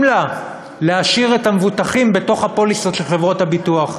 לה להשאיר את המבוטחים בתוך הפוליסות של חברות הביטוח.